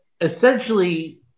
essentially